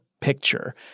picture